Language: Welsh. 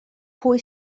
pwy